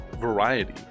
variety